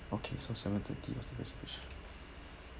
okay so seventy-thirty